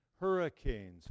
Hurricanes